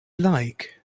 like